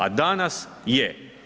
A danas je.